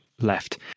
left